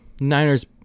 Niners